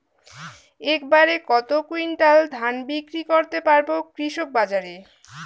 এক বাড়ে কত কুইন্টাল ধান বিক্রি করতে পারবো কৃষক বাজারে?